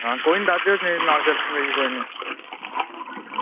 ਹਾਂ ਕੋਈ ਨਹੀਂ ਦੱਸ ਨਾਲ ਕੋਈ ਨਹੀਂ